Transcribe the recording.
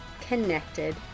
connected